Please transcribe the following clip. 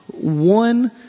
One